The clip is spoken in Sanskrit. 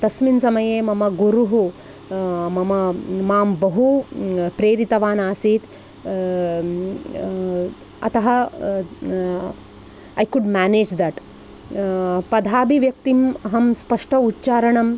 तस्मिन् समये मम गुरुः मम मां बहु प्रेरितवान् आसीत् अतः ऐ कुड् मेनेज् दट् पदाभिव्यक्तिं अहं स्पष्टौ उच्चारणं